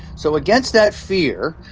so against that fear,